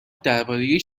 درباره